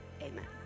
Amen